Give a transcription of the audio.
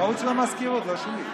טעות של המזכירות, לא שלי.